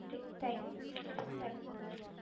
ٹھیک thank welcome